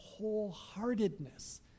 wholeheartedness